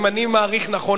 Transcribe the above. אם אני מעריך נכון,